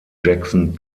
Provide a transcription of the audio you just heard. jackson